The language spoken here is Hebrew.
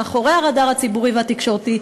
מאחורי הרדאר הציבורי והתקשורתי,